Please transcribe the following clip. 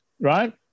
Right